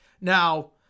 Now